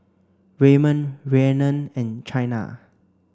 Ramon Rhiannon and Chynna